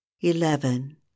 eleven